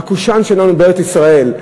הקושאן שלנו בארץ-ישראל,